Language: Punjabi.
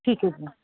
ਠੀਕ ਹੈ ਜੀ